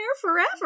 forever